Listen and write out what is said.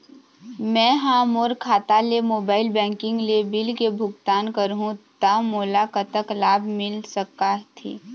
मैं हा मोर खाता ले मोबाइल बैंकिंग ले बिल के भुगतान करहूं ता मोला कतक लाभ मिल सका थे?